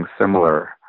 similar